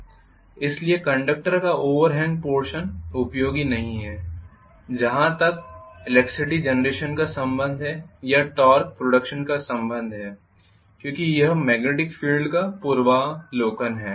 इसलिए कंडक्टर का overhang portion उपयोगी नहीं है जहां तक इलेक्ट्रिसिटी जेनरेशन का संबंध है या टॉर्क प्रोडक्षन का संबंध है क्योंकि यह मॅग्नेटिक फील्ड का पूर्वावलोकन है